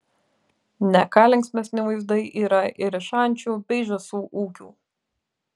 ne ką linksmesni vaizdai yra ir iš ančių bei žąsų ūkių